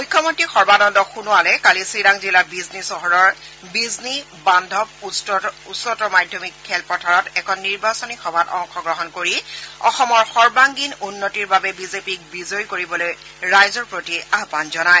মুখ্যমন্ত্ৰী সৰ্বানন্দ সোণোৱালে কালি চিৰাং জিলাৰ বিজনী চহৰৰ বিজনী বান্ধৱ উচ্চতৰ মাধ্যমিক খেলপথাৰত এখন নিৰ্বাচনী সভাত অংশগ্ৰহণ কৰি অসমৰ সৰ্বাংগীন উন্নতিৰ বাবে বিজেপিক বিজয়ী কৰিবলৈ ৰাইজৰ প্ৰতি আহ্বান জনায়